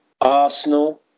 Arsenal